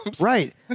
Right